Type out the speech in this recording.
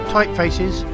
Typefaces